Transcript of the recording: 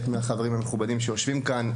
חלק מהם גם יושבים כאן.